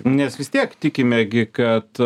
nes vis tiek tikime gi kad